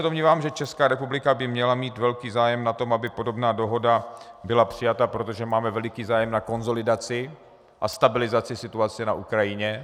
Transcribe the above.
Domnívám se, že Česká republika by měla mít velký zájem na tom, aby podobná dohoda byla přijata, protože máme veliký zájem na konsolidaci a stabilizaci situace na Ukrajině.